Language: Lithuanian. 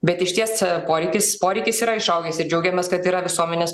bet išties poreikis poreikis yra išaugęs ir džiaugiamės kad yra visuomenės